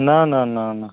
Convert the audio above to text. না না না না